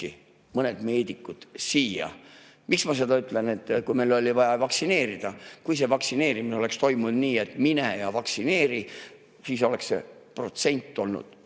mõned meedikud siia. Miks ma seda ütlen? Meil oli vaja vaktsineerida. Kui see vaktsineerimine oleks toimunud nii, et mine ja vaktsineeri, siis oleks see protsent olnud